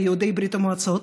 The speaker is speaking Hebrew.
יהודי ברית המועצות